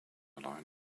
line